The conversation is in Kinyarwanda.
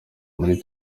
muri